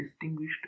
distinguished